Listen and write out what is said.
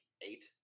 eight